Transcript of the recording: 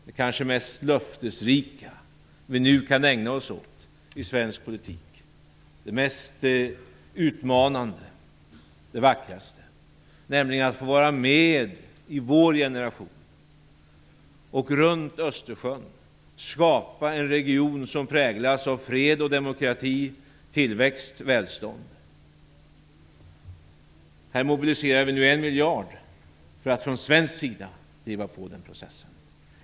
Det är kanske det mest löftesrika som vi nu kan ägna oss åt i svensk politik, det mest utmanande och det vackraste, nämligen att i vår generation få vara med, att åka runt Östersjön, att skapa en region som präglas av fred och demokrati, tillväxt och välstånd. Här mobiliserar vi nu 1 miljard kronor för att från svensk sida driva på denna process.